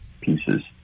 pieces